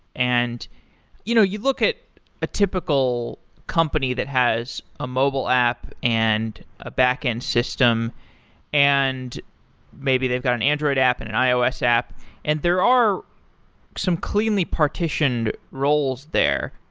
you know you look at a typical company that has a mobile app and a backend system and maybe they've got an android app and an ios app and there are some cleanly partitioned roles there.